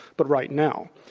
but right now.